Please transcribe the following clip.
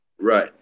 Right